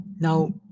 Now